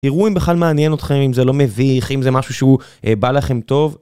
תראו אם בכלל מעניין אתכם, אם זה לא מביך, אם זה משהו שהוא בא לכם טוב.